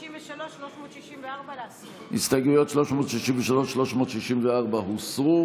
הסתייגויות 363, 364 הוסרו.